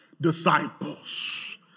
disciples